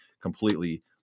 completely